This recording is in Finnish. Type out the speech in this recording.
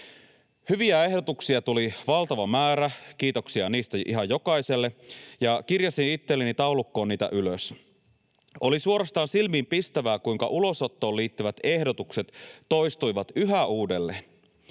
Hyviä ehdotuksia tuli valtava määrä — kiitoksia niistä ihan jokaiselle — ja kirjasin itselleni taulukkoon niitä ylös. Oli suorastaan silmiinpistävää, kuinka ulosottoon liittyvät ehdotukset toistuivat yhä uudelleen.